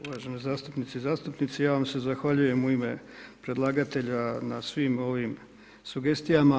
Uvažene zastupnice i zastupnici, ja vam se zahvaljujem u ime predlagatelja na svim ovim sugestijama.